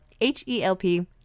H-E-L-P